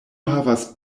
havas